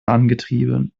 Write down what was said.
angetrieben